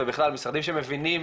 ובכלל משרדים שמבינים